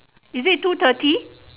is it two thirty